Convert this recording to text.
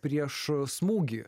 prieš smūgį